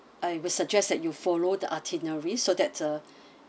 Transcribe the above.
I would suggest that you follow the itinerary so that uh